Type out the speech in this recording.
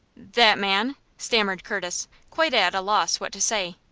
that man? stammered curtis, quite at a loss what to say.